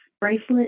bracelet